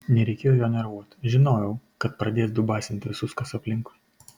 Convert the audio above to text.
nereikėjo jo nervuot žinojau kad pradės dubasint visus kas aplinkui